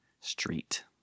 Street